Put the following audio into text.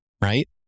right